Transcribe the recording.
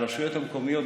הרשויות המקומיות,